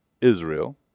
israel